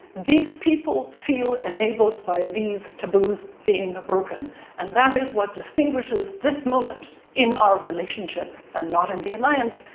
these people feel enabled by these taboos being broken and that is what distinguishes this moment in our relationship and not in the alliance,